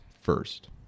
first